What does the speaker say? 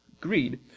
greed